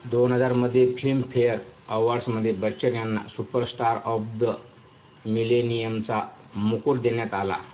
दोनहजारमध्ये Filmfare अवॉर्ड्समध्ये बच्चन यांना superstar of the मिलेनियमचा मुकुट देण्यात आला